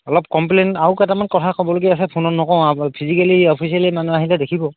অলপ কমপ্লেইন আৰু কেইটামান কথা ক'বলীয়া আছে ফোনত নকওঁ আৰু ফিজিকেলি অফিচিয়েলি মানুহ আহিলে দেখিব